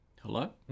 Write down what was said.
Hello